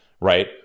right